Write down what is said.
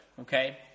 Okay